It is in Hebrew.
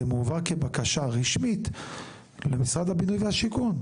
הועבר כבקשה רשמית למשרד הבינוי והשיכון?